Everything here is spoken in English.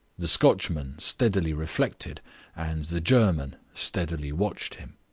the scotchman steadily reflected and the german steadily watched him.